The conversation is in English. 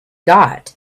got